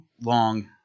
long